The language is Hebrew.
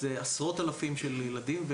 מדובר בעשרות אלפי ילדים.